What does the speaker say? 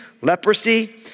leprosy